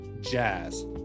Jazz